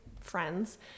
friends